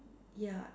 ya